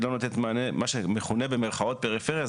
היא לא נותנת מענה למה מכונה במירכאות פריפריה.